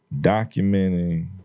documenting